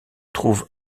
trouve